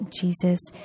Jesus